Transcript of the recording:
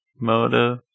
motive